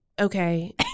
okay